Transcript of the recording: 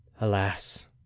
Alas